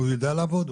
הוא יודע לעבוד,